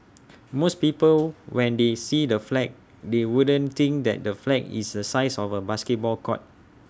most people when they see the flag they wouldn't think that the flag is the size of A basketball court